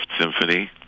Symphony